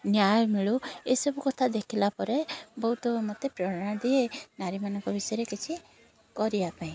ନ୍ୟାୟ ମିଳୁ ଏ ସବୁ କଥା ଦେଖିଲା ପରେ ବହୁତ ମୋତେ ପ୍ରେରଣା ଦିଏ ନାରୀମାନଙ୍କ ବିଷୟରେ କିଛି କରିବା ପାଇଁ